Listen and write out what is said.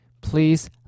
please